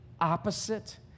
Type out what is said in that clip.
opposite